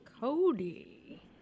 cody